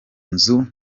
nzu